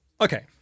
Okay